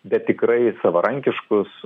bet tikrai savarankiškus